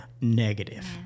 Negative